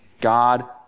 God